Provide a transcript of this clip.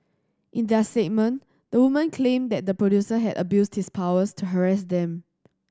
in their statement the woman claim that the producer had abused his powers to harass them